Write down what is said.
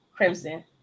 Crimson